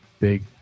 big